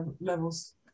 levels